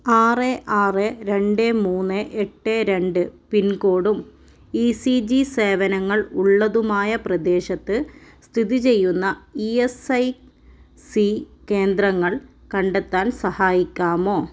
ആറ് ആറ് രണ്ട് മൂന്ന് എട്ട് രണ്ട് പിൻകോഡും ഇ സി ജി സേവനങ്ങൾ ഉള്ളതുമായ പ്രദേശത്ത് സ്ഥിതിചെയ്യുന്ന ഇ എസ് ഐ സി കേന്ദ്രങ്ങൾ കണ്ടെത്താൻ സഹായിക്കാമോ